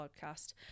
podcast